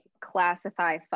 classify